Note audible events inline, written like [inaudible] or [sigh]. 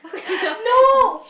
[breath] no